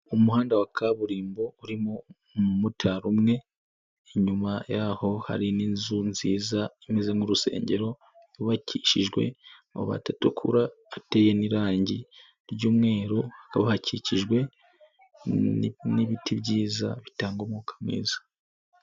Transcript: Umuhanda wa kaburimbo urimo umumotari umwe, inyuma yaho hari n'inzu nziza, imeze nk'urusengero yubakishijwe amabati atukura, ateye n'irangi ry'umweru, hakaba hakikijwe n'ibiti byiza, bitanga umwuka mwiza.